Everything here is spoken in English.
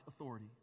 authority